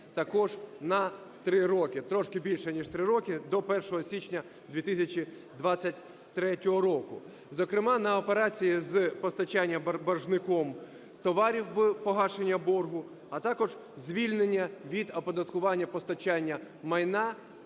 також на три роки, трішки більше ніж три роки, до 1 січня 2023 року. Зокрема, на операції з постачання боржником товарів в погашення боргу, а також звільнення від оподаткування постачання майна,